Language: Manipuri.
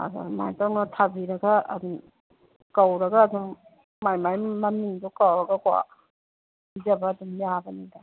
ꯑꯗ ꯁꯨꯃꯥꯏꯅ ꯇꯧꯅ ꯊꯥꯕꯤꯔꯒ ꯑꯗꯨꯝ ꯀꯧꯔꯒ ꯑꯗꯨꯝ ꯃꯥꯏ ꯃꯥꯏ ꯃꯃꯤꯡꯗꯨ ꯀꯧꯔꯒꯀꯣ ꯄꯤꯖꯕ ꯑꯗꯨꯝ ꯌꯥꯕꯅꯤꯗ